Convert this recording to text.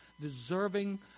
deserving